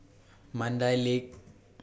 Mandai Lake